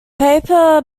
paper